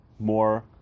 more